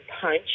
punch